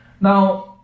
Now